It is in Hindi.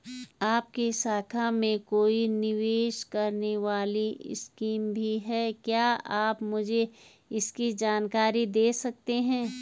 आपकी शाखा में कोई निवेश करने वाली स्कीम भी है क्या आप मुझे इसकी जानकारी दें सकते हैं?